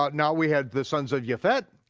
but now we had the sons of yefet,